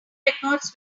records